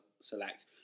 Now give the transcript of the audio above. select